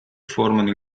formano